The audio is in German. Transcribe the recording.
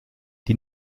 die